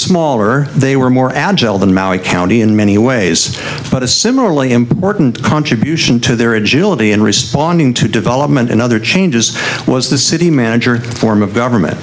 smaller they were more agile than maui county in many ways but a similarly important contribution to their agility in responding to development and other changes was the city manager form of government